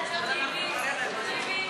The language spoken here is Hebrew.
6141,